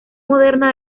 moderna